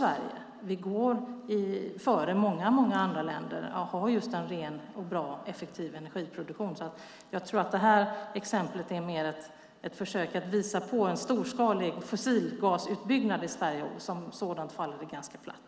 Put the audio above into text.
Vi går före många andra länder och har en ren, bra och effektiv energiproduktion. Jag tror att det här exemplet mer är ett försök att visa på en storskalig fossil gasutbyggnad i Sverige - som sådant faller det ganska platt.